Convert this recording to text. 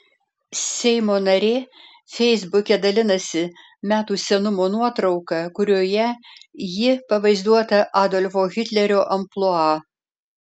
seimo narė feisbuke dalinasi metų senumo nuotrauka kurioje ji pavaizduota adolfo hitlerio amplua